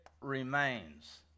remains